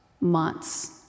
months